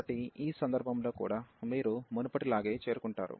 కాబట్టి ఈ సందర్భంలో కూడా మీరు మునుపటిలాగే చేరుకుంటారు